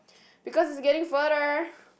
because he's getting further